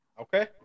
Okay